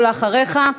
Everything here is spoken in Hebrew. ואחריך,